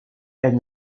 elle